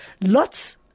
Lot's